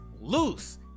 loose